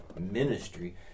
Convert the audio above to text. ministry